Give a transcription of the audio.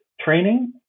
Training